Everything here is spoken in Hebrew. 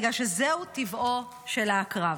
בגלל שזהו טבעו של העקרב,